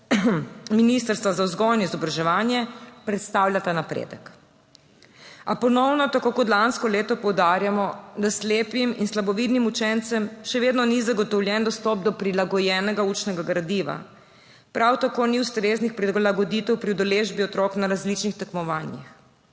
Ministrstva za vzgojo in izobraževanje predstavlja ta napredek. A ponovno, tako kot lansko leto, poudarjamo, da slepim in slabovidnim učencem še vedno ni zagotovljen dostop do prilagojenega učnega gradiva. Prav tako ni ustreznih prilagoditev pri udeležbi otrok na različnih tekmovanjih.